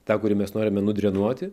tą kurį mes norime nudrenuoti